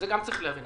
זה גם צריך להבין,